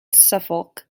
suffolk